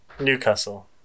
Newcastle